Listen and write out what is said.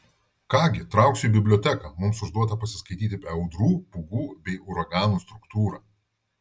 ką gi trauksiu į biblioteką mums užduota pasiskaityti apie audrų pūgų bei uraganų struktūrą